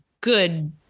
good